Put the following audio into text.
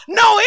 no